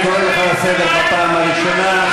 אני קורא אותך לסדר בפעם הראשונה.